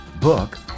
book